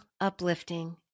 uplifting